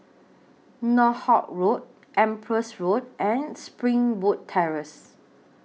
Northolt Road Empress Road and Springwood Terrace